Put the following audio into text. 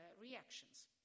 reactions